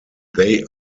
they